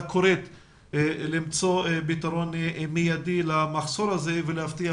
קוראת למצוא פתרון מיידי למחסור הזה ולהבטיח